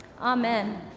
Amen